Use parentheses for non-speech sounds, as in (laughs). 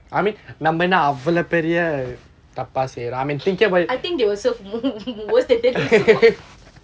I think they will serve (laughs) worse than that also